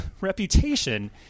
Reputation